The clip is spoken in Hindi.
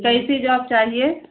कैसा जाप चाहिए